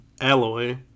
Alloy